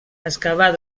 excavar